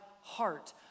heart